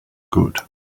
good